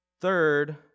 Third